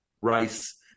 Rice